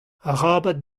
arabat